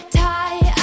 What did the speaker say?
tie